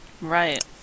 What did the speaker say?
Right